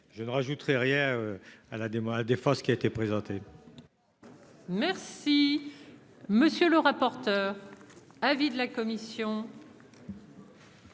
je ne rajouterai rien à la démo la défense qui a été présenté. Merci, monsieur le rapporteur, avis de la commission.